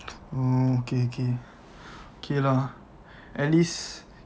oh okay okay okay lah at least